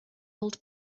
old